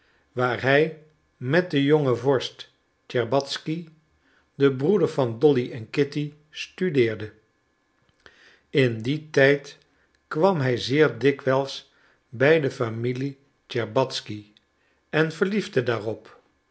waar hij met den jongen vorst tscherbatzky den broeder van dolly en kitty studeerde in dien tijd kwam hij zeer dikwijls bij de familie tscherbatzky en verliefde daarop